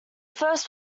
first